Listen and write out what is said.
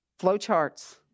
Flowcharts